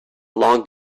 long